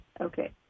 Okay